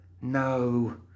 No